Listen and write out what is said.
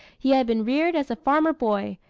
he had been reared as a farmer boy,